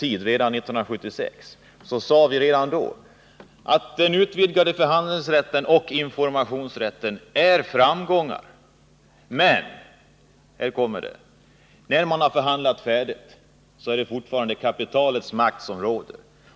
Redan 1976 sade vi att den utvidgade förhandlingsrätten och informationsrätten var framgångar. Men, när man har förhandlat färdigt är det fortfarande kapitalets makt som råder.